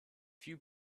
few